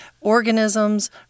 organisms